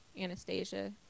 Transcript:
Anastasia